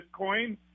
Bitcoin